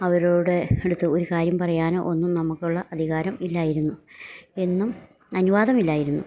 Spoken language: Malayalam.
അവരോട് അടുത്ത് ഒര് കാര്യം പറയാനോ ഒന്നും നമുക്കുള്ള അധികാരം ഇല്ലായിരുന്നു എന്നും അനുവാദമില്ലായിരുന്നു